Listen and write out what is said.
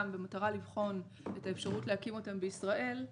במטרה לבחון את האפשרות להקים אותן בישראל,